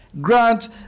Grant